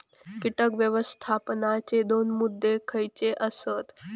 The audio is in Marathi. कीटक व्यवस्थापनाचे दोन मुद्दे खयचे आसत?